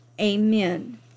Amen